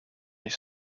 his